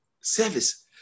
service